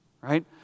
right